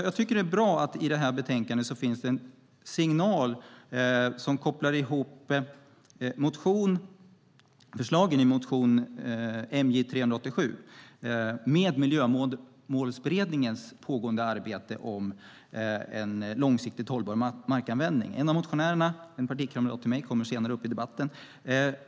Jag tycker att det är bra att det i det här betänkandet finns en signal som kopplar ihop förslagen i motion MJ387 med Miljömålsberedningens pågående arbete med en långsiktigt hållbar markanvändning. En av motionärerna, en partikamrat till mig, kommer upp senare i debatten.